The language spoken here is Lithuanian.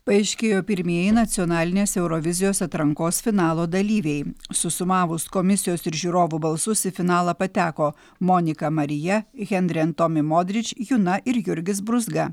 paaiškėjo pirmieji nacionalinės eurovizijos atrankos finalo dalyviai susumavus komisijos ir žiūrovų balsus į finalą pateko monika marija henry en tomy modrič juna ir jurgis brūzga